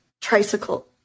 tricycle